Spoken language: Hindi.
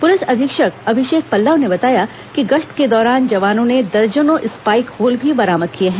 पुलिस अधीक्षक अभिषेक पल्लव ने बताया कि गश्त के दौरान जवानों ने दर्जनों स्पाईक होल भी बरामद किए हैं